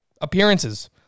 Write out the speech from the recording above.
appearances